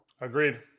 Agreed